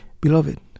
beloved